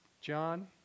John